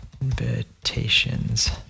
invitations